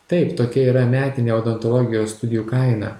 taip tokia yra metinė odontologijos studijų kaina